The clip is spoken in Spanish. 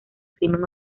crimen